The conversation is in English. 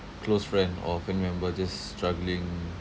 close friend or family member just struggling